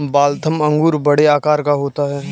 Waltham अंगूर बड़े आकार का होता है